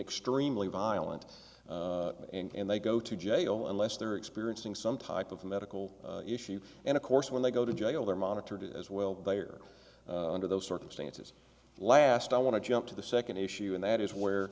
extremely violent and they go to jail unless they're experiencing some type of medical issue and of course when they go to jail they're monitored as well they are under those circumstances last i want to jump to the second issue and that is where